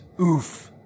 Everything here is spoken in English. oof